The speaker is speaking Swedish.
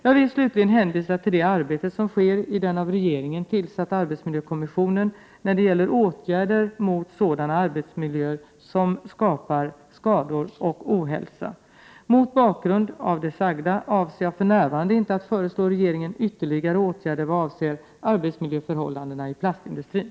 Jag vill slutligen hänvisa till det arbete som sker i den av regeringen tillsatta arbetsmiljökommissionen när det gäller åtgärder mot sådana arbetsmiljöer som skapar skador och ohälsa. Mot bakgrund av det sagda avser jag för närvarande inte att föreslå regeringen ytterligare åtgärder i vad gäller arbetsmiljöförhållandena i plastindustrin.